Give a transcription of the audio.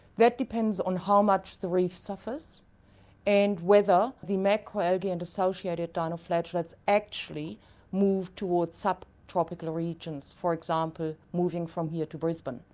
that depends on how much the reef suffers and whether the macro-algae and associated dino-flagellates actually move towards subtropical regions, for example moving from here to brisbane,